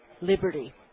Liberty